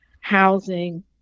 housing